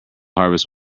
harvest